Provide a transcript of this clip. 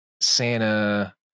Santa